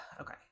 okay